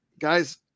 guys